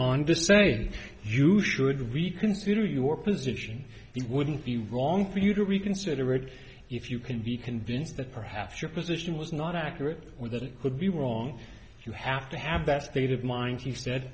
you should reconsider your position it wouldn't be wrong for you to reconsider it if you can be convinced that perhaps your position was not accurate or that it could be wrong you have to have that state of mind he